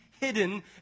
hidden